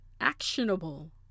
actionable